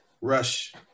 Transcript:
rush